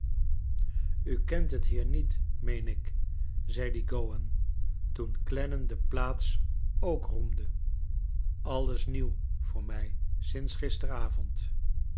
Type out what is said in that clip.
u kent het hier niet meen ik zei die gowan toen clennam de plaats ook roemde alles nieuw voor mij sinds